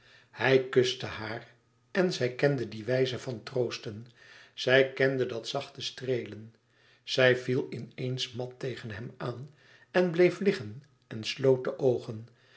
hij kuste haar en zij kende die wijze van troosten zij kende dat zachte streelen zij viel in eens mat tegen hem aan en bleef liggen en sloot de oogen